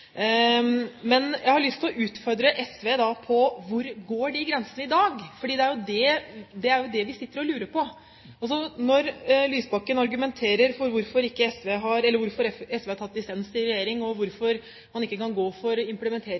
Men jeg har lyst til å utfordre SV på: Hvor går disse grensene i dag? Det er jo det vi sitter og lurer på. Når Lysbakken argumenterer for hvorfor SV har tatt dissens i regjering, og hvorfor man ikke kan gå inn for implementering